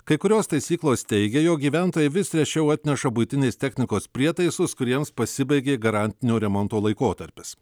kai kurios taisyklos teigia jog gyventojai vis rečiau atneša buitinės technikos prietaisus kuriems pasibaigė garantinio remonto laikotarpis